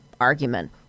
argument